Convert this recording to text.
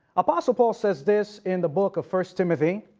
apostle paul says this in the book of first timothy,